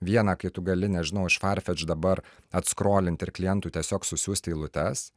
viena kai tu gali nežinau iš farfetch dabar atskrolinti ir klientui tiesiog susiųsti eilutes